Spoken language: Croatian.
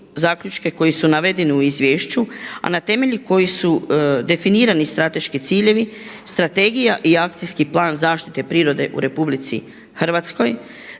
koji su navedeni u izvješću a na temelju kojih su definirani strateški ciljevi strategija i Akcijski plan zaštite prirode u RH za razdoblje